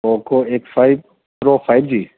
poco X five pro five G